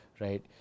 right